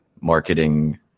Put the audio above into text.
marketing